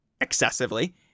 excessively